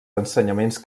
ensenyaments